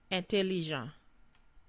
Intelligent